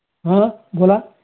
हां बोला